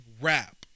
rap